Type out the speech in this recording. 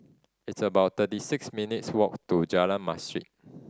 it's about thirty six minutes' walk to Jalan Masjid